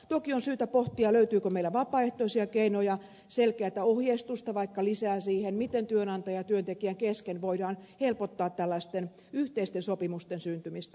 toki on syytä pohtia löytyykö meillä vapaaehtoisia keinoja selkeätä ohjeistusta vaikka lisää siihen miten työnantajan ja työntekijän kesken voidaan helpottaa tällaisten yhteisten sopimusten syntymistä